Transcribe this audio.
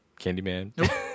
Candyman